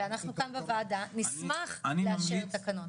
ואנחנו כאן בוועדה נשמח לאשר תקנות.